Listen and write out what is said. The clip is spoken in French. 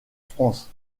france